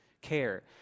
care